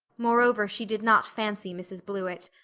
more-over, she did not fancy mrs. blewett.